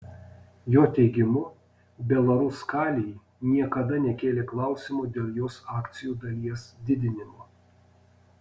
jo teigimu belaruskalij niekada nekėlė klausimo dėl jos akcijų dalies didinimo